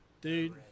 Dude